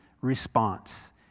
response